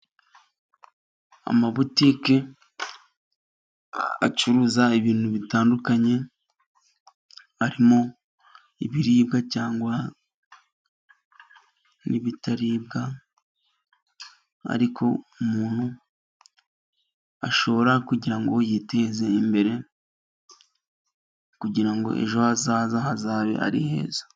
Amabutike acuruza ibintu bitandukanye arimo ibiribwa cyangwa n'ibitaribwa, ariko umuntu ashora kugira ngo yiteze imbere kugira ngo ejo hazaza hazabe ari heza.